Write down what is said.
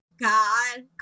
God